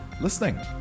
listening